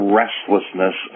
restlessness